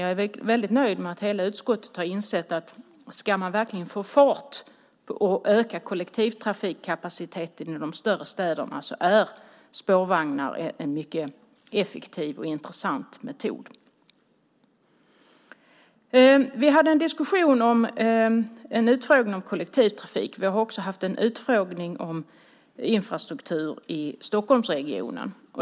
Jag är mycket nöjd med att hela utskottet har insett att om man verkligen ska få fart och öka kollektivtrafikkapaciteten i de större städerna är spårvagnar en effektiv och intressant metod. Vi hade en utfrågning om kollektivtrafik. Vi har också haft en utfrågning om infrastruktur i Stockholmsregionen.